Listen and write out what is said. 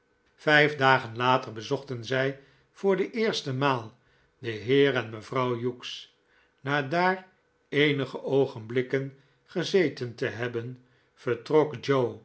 vijf dagen later bezochten zij voor de eerste maal den heer en mevrouw hughes na daar eenige oogenblikken gezeten te hebben vertrok